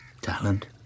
Talent